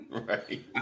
Right